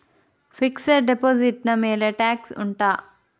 fixed deposit ನ ಮೇಲೆ tax ಉಂಟಾ